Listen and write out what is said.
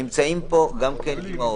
נמצאות פה משפחות.